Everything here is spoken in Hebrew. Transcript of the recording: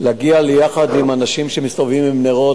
להגיע יחד עם האנשים שמסתובבים עם נרות,